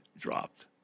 dropped